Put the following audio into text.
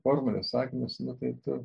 formules sakinius nu tai tu